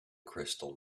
crystal